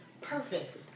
perfect